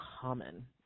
common